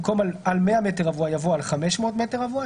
במקום "על 100 מ"ר" יבוא "על 500 מ"ר".